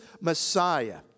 Messiah